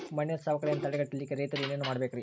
ಮಣ್ಣಿನ ಸವಕಳಿಯನ್ನ ತಡೆಗಟ್ಟಲಿಕ್ಕೆ ರೈತರು ಏನೇನು ಮಾಡಬೇಕರಿ?